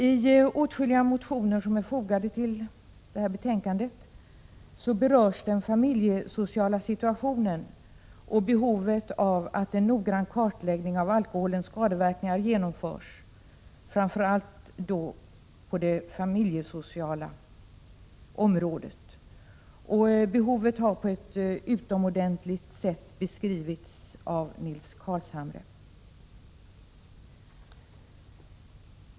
I åtskilliga motioner som behandlas i detta betänkande berörs den familjesociala situationen och behovet av att en noggrann kartläggning av alkoholens skadeverkningar genomförs, framför allt på det familjesociala området. Behovet har på ett utomordentligt sätt beskrivits av Nils Carlshamre.